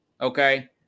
Okay